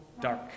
dark